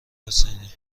حسینی